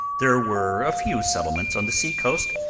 there were a few settlements on the seacoast,